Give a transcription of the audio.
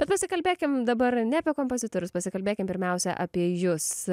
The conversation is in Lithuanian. bet pasikalbėkim dabar ne apie kompozitorius pasikalbėkim pirmiausia apie jus